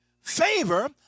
favor